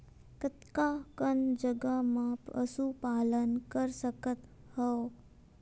कतका कन जगह म पशु पालन कर सकत हव?